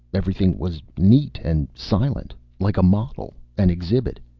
everything was neat and silent. like a model. an exhibit.